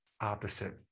opposite